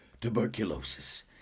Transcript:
Tuberculosis